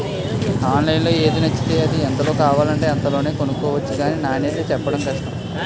ఆన్లైన్లో ఏది నచ్చితే అది, ఎంతలో కావాలంటే అంతలోనే కొనుక్కొవచ్చు గానీ నాణ్యతే చెప్పడం కష్టం